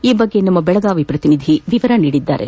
ಈ ಕುರಿತು ನಮ್ನ ಬೆಳಗಾವಿ ಪ್ರತಿನಿಧಿ ವಿವರ ನೀಡಿದ್ದಾರೆ